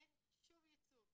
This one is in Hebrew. אין שום ייצוג.